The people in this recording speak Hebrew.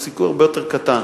הוא סיכוי הרבה יותר קטן.